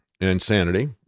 insanity